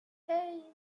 hey